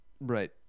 Right